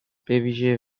بویژه